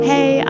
Hey